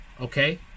Okay